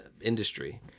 industry